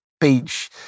beach